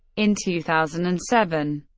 in two thousand and seven,